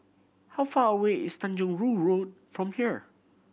how far away is Tanjong Rhu Road from here